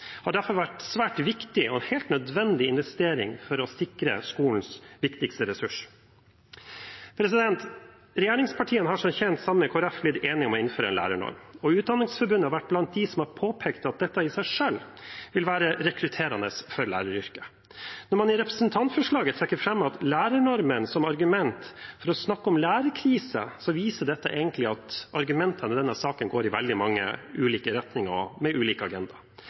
har derfor vært en svært viktig og helt nødvendig investering for å sikre skolens viktigste ressurs. Regjeringspartiene har, som kjent, sammen med Kristelig Folkeparti blitt enige om å innføre en lærernorm, og Utdanningsforbundet har vært blant dem som har påpekt at dette i seg selv vil være rekrutterende for læreryrket. Når man i representantforslaget trekker fram lærernormen som argument for å snakke om en lærerkrise, viser det egentlig at argumentene i denne saken går i veldig mange ulike retninger og med